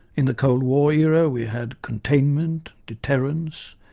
in the cold war era we had containment, deterrence,